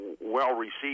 well-received